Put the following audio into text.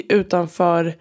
utanför